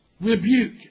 rebuke